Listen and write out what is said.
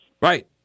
Right